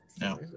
No